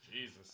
Jesus